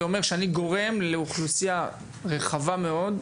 כלומר, אני גורם לאוכלוסייה רחבה מאוד,